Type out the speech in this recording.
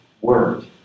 word